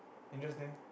interesting